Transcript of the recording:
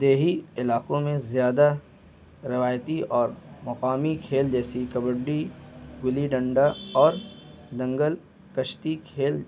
دیہی علاقوں میں زیادہ روایتی اور مقامی کھیل جیسیے کبڈی گلی ڈنڈا اور دنگل کشتی کھیل